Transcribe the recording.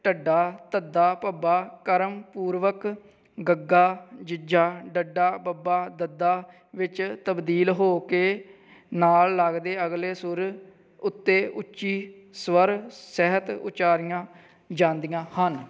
ਢੱਡਾ ਧੱਦਾ ਭੱਬਾ ਕਰਮ ਪੂਰਵਕ ਗੱਗਾ ਜੱਜਾ ਡੱਡਾ ਬੱਬਾ ਦੱਦਾ ਵਿੱਚ ਤਬਦੀਲ ਹੋ ਕੇ ਨਾਲ ਲੱਗਦੇ ਅਗਲੇ ਸੁਰ ਉੱਤੇ ਉੱਚੀ ਸਵਰ ਸਹਿਤ ਉਚਾਰੀਆਂ ਜਾਂਦੀਆਂ ਹਨ